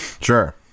Sure